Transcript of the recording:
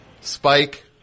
Spike